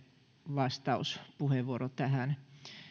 vastauspuheenvuoro tähän